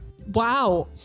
wow